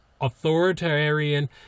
authoritarian